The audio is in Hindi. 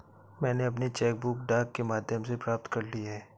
मैनें अपनी चेक बुक डाक के माध्यम से प्राप्त कर ली है